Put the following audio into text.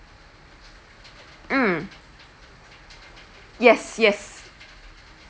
mm yes yes